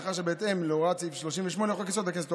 מאחר שבהתאם להוראת סעיף 38 לחוק-יסוד: הכנסת,